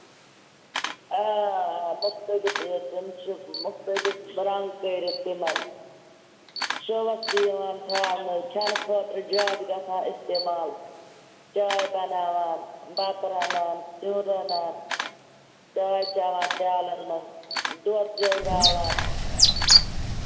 آ مُختٔلِف ریٹ تِم چھِ مُختٔلِف رَنٛگ کٔرِتھ تِمن سہوٗلیت تہِ یِوان تھاونہٕ کھیٚنہٕ خٲطرٕ زیادٕ گژھان اِستعمال چاے بَناوان بَتہٕ رَنان سیُن رَنان چاے چیٚوان پیٛالن منٛز دۄد زیٚوٕراوان